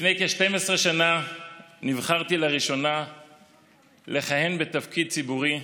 לפני כ-12 שנה נבחרתי לראשונה לכהן בתפקיד ציבורי,